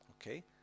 Okay